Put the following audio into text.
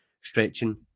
stretching